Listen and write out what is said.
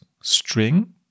string